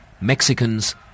Mexicans